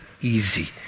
easy